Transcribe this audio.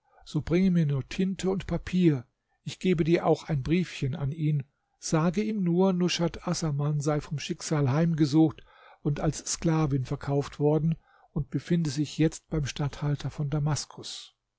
so bringe mir nur tinte und papier ich gebe dir auch ein briefchen an ihn sage ihm nur nushat assaman sei vom schicksal heimgesucht und als sklavin verkauft worden und befinde sich jetzt beim statthalter von damaskus